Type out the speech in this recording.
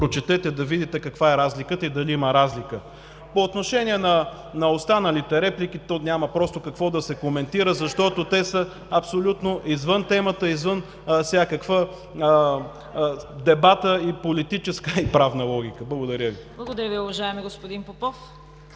прочетете да видите каква е разликата и дали има разлика. По отношение на останалите реплики, няма просто какво да се коментира, защото те са абсолютно извън темата, извън дебата и политическа, и правна логика. Благодаря Ви. ПРЕДСЕДАТЕЛ ЦВЕТА КАРАЯНЧЕВА: Благодаря Ви, уважаеми господин Попов.